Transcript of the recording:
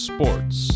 Sports